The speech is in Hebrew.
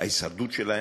ההישרדות שלהם,